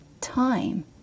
time